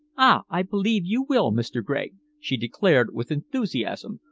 ah! i believe you will, mr. gregg! she declared with enthusiasm,